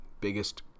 Biggest